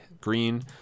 Green